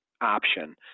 option